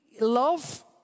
love